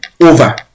over